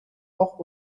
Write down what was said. auch